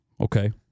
Okay